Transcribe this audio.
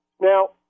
Now